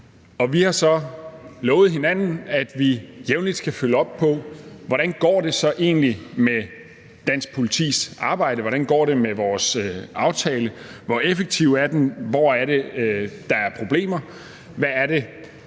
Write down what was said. Vi har så lovet hinanden, at vi jævnligt skal følge op på, hvordan det så egentlig går med dansk politis arbejde, hvordan det går med vores aftale, hvor effektiv den er, hvor der er problemer – hvad det